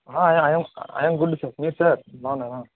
I I am good sir మీరు sir బాగున్నారా